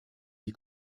die